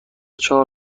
چهار